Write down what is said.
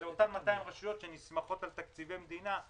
אלה בעיקר אותן 200 רשויות שנסמכות על תקציבי מדינה.